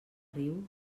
riu